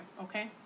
Okay